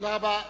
תודה רבה.